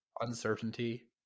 uncertainty